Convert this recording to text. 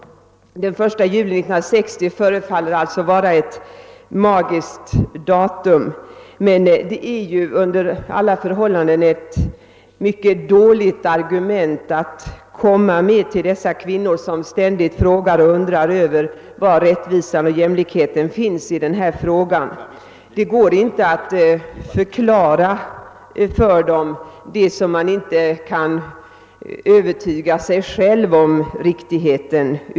Den 1 juli 1960 förefaller alltså att vara ett rent magiskt datum, och det är under alla förhållanden ett dåligt argument att komma med till dessa kvinnor som ständigt frågar om var rättvisan och jämlikheten finns. Det går inte att för dem förklara riktigheten av något som man inte kan övertyga ens sig själv om.